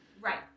Right